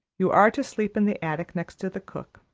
you are to sleep in the attic next to the cook.